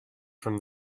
from